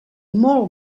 molt